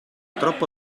troppo